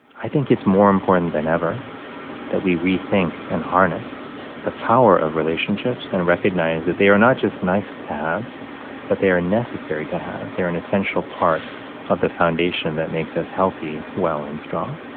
i think it's more important than ever that we rethink and harness the power of relationships and recognize that they are not just nice to haves but they are necessary to haves. they're an essential part of the foundation that makes us healthy, well and strong